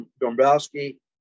Dombrowski